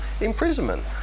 imprisonment